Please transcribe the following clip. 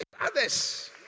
Others